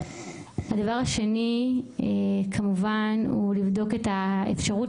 הדבר השני הוא כמובן לבדוק את האפשרות